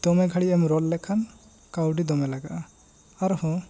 ᱢᱮ ᱜᱷᱟᱹᱲᱤᱡ ᱮᱢ ᱨᱚᱲ ᱞᱮᱠᱷᱟᱱ ᱠᱟᱹᱣᱰᱤ ᱫᱚᱢᱮ ᱞᱟᱜᱟᱜᱼᱟ ᱟᱨ ᱦᱚᱸ